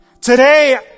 Today